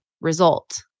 result